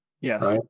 Yes